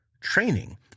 Training